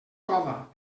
cova